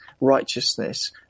righteousness